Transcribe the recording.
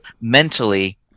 mentally